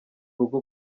rugo